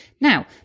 Now